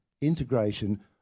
integration